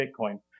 Bitcoin